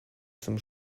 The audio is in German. zum